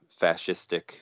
fascistic